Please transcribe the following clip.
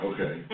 Okay